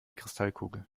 kristallkugel